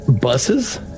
Buses